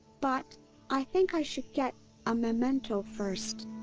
but i think i should get a memento first!